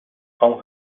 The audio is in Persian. خوام